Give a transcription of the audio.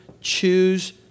choose